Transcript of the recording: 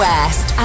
West